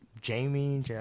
Jamie